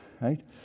right